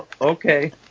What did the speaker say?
Okay